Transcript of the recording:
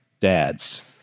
Dads